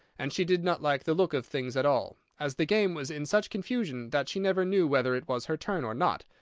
and she did not like the look of things at all, as the game was in such confusion that she never knew whether it was her turn or not.